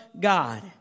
God